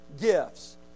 gifts